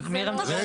זה לא.